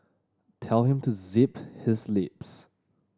tell him to zip his lips